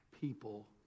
people